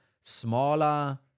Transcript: smaller